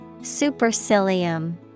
Supercilium